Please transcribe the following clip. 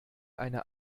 eine